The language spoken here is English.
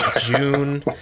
June